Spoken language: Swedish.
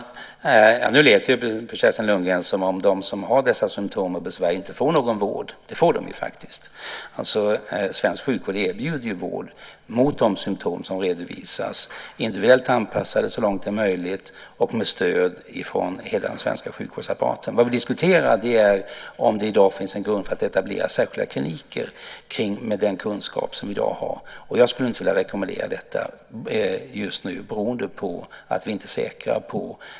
Herr talman! Nu lät det på Kerstin Lundgren som om de som har dessa symtom och besvär inte får någon vård. Det får de faktiskt. Svensk sjukvård erbjuder vård mot de symtom som redovisas som är individuellt anpassad så långt som möjligt och med stöd från hela den svenska sjukvårdsapparaten. Vad vi diskuterar är om det i dag finns en grund för att etablera särskilda kliniker med den kunskap som vi i dag har. Jag skulle inte vilja rekommendera detta just nu beroende på att vi inte är säkra.